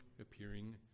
appearing